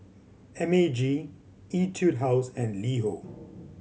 M A G Etude House and LiHo